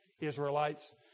Israelites